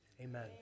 amen